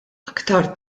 aktar